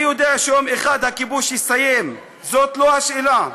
אני יודע שיום אחד הכיבוש יסתיים, זאת לא השאלה.